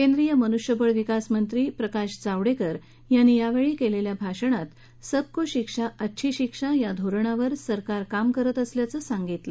केंद्रीय मनुष्यबळ विकास मंत्री प्रकाश जावडेकर यांनी यावेळी केलेल्या भाषणात सबको शिक्षा अच्छी शिक्षा या धोरणावर सरकार काम करत असल्याचं सांगितलं